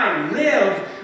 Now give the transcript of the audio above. live